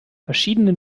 verschiedene